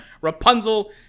Rapunzel